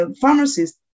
pharmacists